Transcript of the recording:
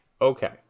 okay